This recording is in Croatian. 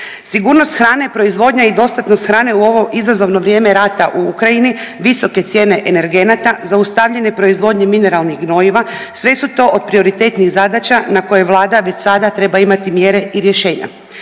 Sigurnost hrane, proizvodnja i dostatnost hrane u ovo izazovno vrijeme rata u Ukrajini, visoke cijene energenata, zaustavljene proizvodnje mineralnih gnojiva, sve su to od prioritetnih zadaća na koje vlada već sada treba imati mjere i rješenja.